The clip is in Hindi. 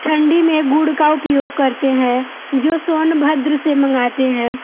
ठंडी में गुड़ का उपयोग करते हैं जो सोनभद्र से मांगते हैं